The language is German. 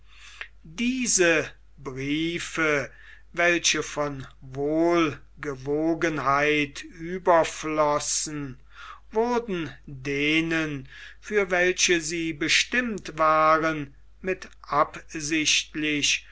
diese briefe welche von wohlgewogenheit überflossen wurden denen für welche sie bestimmt waren mit absichtlich